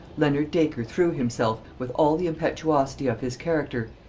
leonard dacre threw himself, with all the impetuosity of his character,